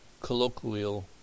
colloquial